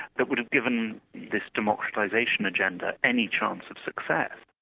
that would have given this democratisation agenda any chance of success.